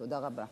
תודה רבה.